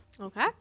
Okay